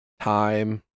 time